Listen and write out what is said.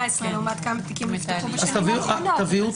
לעומת כמה תיקים נפתחו בשנים האחרונות.